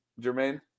jermaine